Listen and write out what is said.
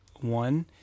one